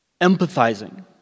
empathizing